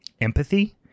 empathy